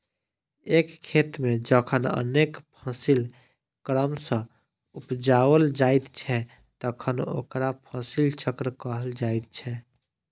एक खेत मे जखन अनेक फसिल क्रम सॅ उपजाओल जाइत छै तखन ओकरा फसिल चक्र कहल जाइत छै